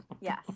yes